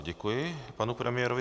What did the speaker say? Děkuji panu premiérovi.